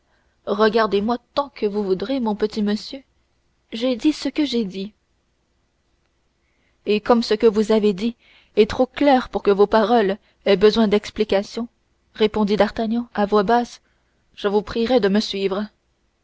regardez-moi tant que vous voudrez mon petit monsieur j'ai dit ce que j'ai dit et comme ce que vous avez dit est trop clair pour que vos paroles aient besoin d'explication répondit d'artagnan à voix basse je vous prierai de me suivre